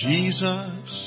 Jesus